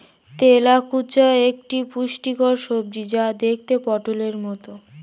তেলাকুচা একটি পুষ্টিকর সবজি যা দেখতে পটোলের মতো